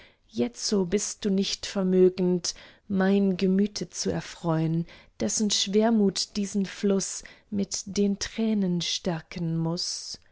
jetzo bist du nicht vermögend mein gemüte zu erfreun dessen schwermut diesen fluß mit den tränen stärken muß